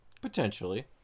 Potentially